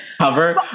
cover